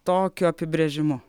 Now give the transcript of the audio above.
tokiu apibrėžimu